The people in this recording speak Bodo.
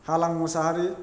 हालां मुसाहारि